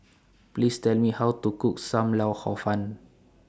Please Tell Me How to Cook SAM Lau Hor Fun